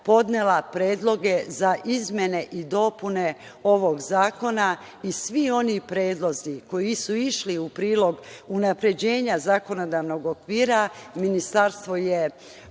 predloge za izmene i dopune ovog zakona i svi oni predlozi koji su išli u prilog unapređenja zakonodavnog okvira Ministarstvo je